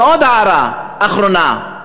ועוד הערה, אחרונה.